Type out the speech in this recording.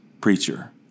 preacher